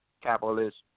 capitalist